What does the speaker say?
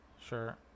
sure